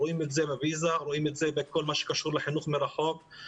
רואים את זה בפיזה ובכל מה שקשור לחינוך מרחוק.